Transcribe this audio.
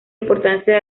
importancia